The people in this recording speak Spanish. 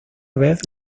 vez